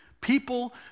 people